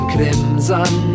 Crimson